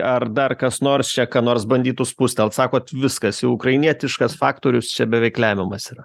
ar dar kas nors čia ką nors bandytų spustelt sakot viskas jau ukrainietiškas faktorius čia beveik lemiamas yra